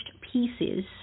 pieces